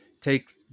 take